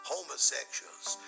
Homosexuals